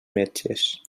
metges